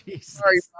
Sorry